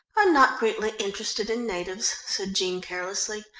i'm not greatly interested in natives, said jean carelessly.